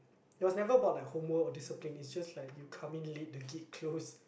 it was never about like homework or discipline it's just like you come in late the gate close